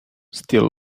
still